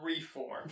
reform